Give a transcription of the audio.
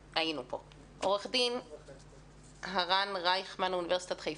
עו"ד הרן רייכמן מאוניברסיטת חיפה.